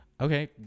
Okay